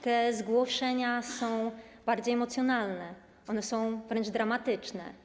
Te zgłoszenia są bardziej emocjonalne, one są wręcz dramatyczne.